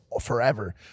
forever